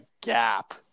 gap